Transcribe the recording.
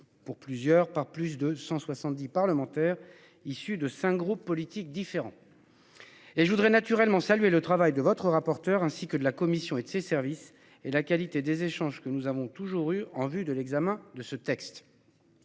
Pour plusieurs par plus de 170 parlementaires issus de cinq groupes politiques différents. Et je voudrais naturellement salué le travail de votre rapporteur ainsi que de la commission et de ses services et la qualité des échanges que nous avons toujours eu en vue de l'examen de ce texte.